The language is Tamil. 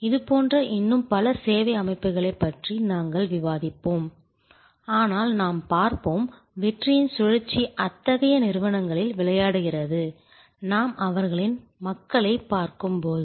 இதுபோன்ற இன்னும் பல சேவை அமைப்புகளைப் பற்றி நாங்கள் விவாதிப்போம் ஆனால் நாம் பார்ப்போம் வெற்றியின் சுழற்சி அத்தகைய நிறுவனங்களில் விளையாடுகிறது நாம் அவர்களின் மக்களைப் பார்க்கும்போது